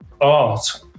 art